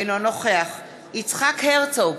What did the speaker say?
אינו נוכח יצחק הרצוג,